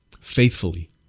faithfully